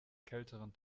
kälteren